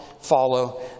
follow